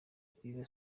biba